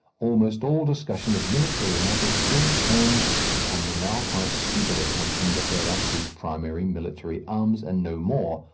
almost all discussion of military matters still turns upon the now quite stupid assumption that there are two primary military arms and no more,